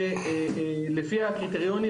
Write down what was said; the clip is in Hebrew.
ולפי הקריטריונים,